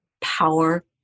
power